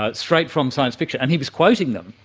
ah straight from science fiction, and he was quoting them,